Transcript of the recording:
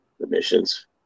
emissions